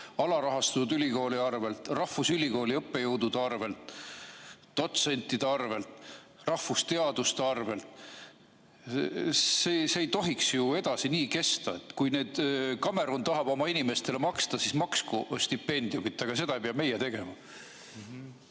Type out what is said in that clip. alarahastatud ülikooli arvel, rahvusülikooli õppejõudude arvel, dotsentide arvel, rahvusteaduste arvel. See ei tohiks niimoodi edasi kesta. Kui Kamerun tahab oma inimestele maksta, siis maksku stipendiumit, seda ei pea meie tegema.